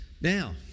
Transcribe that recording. now